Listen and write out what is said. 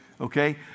Okay